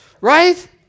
Right